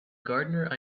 gardener